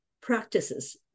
practices